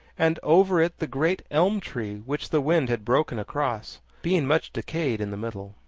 and over it the great elm-tree, which the wind had broken across, being much decayed in the middle.